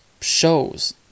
shows